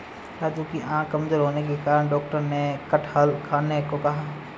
राजू की आंखें कमजोर होने के कारण डॉक्टर ने कटहल खाने को कहा